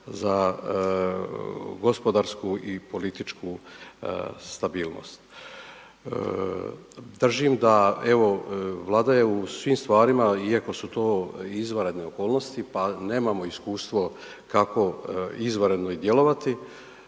za gospodarsku i političku stabilnost. Držim da, evo, Vlada je u svim stvarima, iako su to izvanredne okolnosti pa nemamo iskustvo kako izvanredno i djelovati,